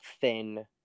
thin